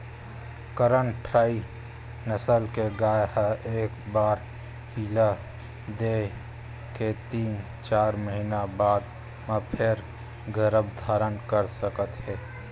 करन फ्राइ नसल के गाय ह एक बार पिला दे के तीन, चार महिना बाद म फेर गरभ धारन कर सकत हे